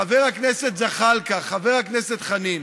חבר הכנסת איל בן ראובן, איננו.